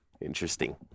Interesting